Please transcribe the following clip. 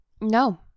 No